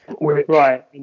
right